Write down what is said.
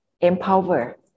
empower